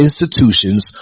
institutions